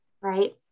right